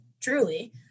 truly